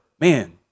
man